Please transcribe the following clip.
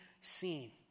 seen